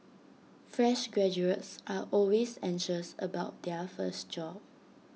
fresh graduates are always anxious about their first job